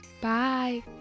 Bye